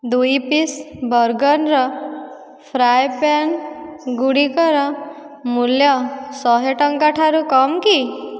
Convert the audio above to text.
ଦୁଇ ପିସ୍ ବର୍ଗ୍ର୍ର frying pan ଗୁଡ଼ିକର ମୂଲ୍ୟ ଶହେ ଟଙ୍କା ଠାରୁ କମ୍ କି